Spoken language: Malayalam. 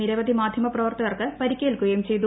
നിരവധി മാധ്യമപ്രവർത്തകർക്ക് പരിക്കേൽക്കുകയും ചെയ്തു